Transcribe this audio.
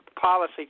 policy